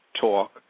Talk